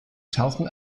tauchen